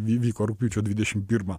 vy vyko rugpjūčio dvidešim pirmą